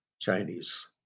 Chinese